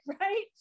right